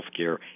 healthcare